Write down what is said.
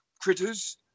critters